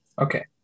Okay